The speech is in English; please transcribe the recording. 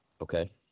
Okay